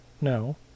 No